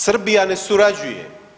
Srbija ne surađuje.